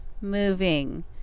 moving